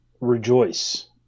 Rejoice